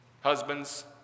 husbands